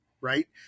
right